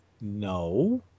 No